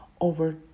over